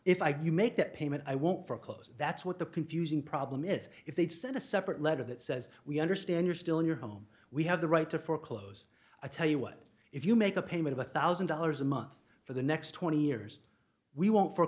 do you make that payment i won't for close that's what the confusing problem is if they send a separate letter that says we understand you're still in your home we have the right to foreclose i tell you what if you make a payment of a thousand dollars a month for the next twenty years we won't